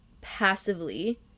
passively